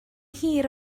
hir